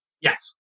Yes